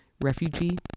refugee